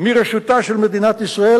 מרשותה של מדינת ישראל,